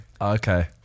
Okay